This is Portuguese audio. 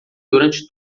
durante